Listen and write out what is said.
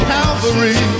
Calvary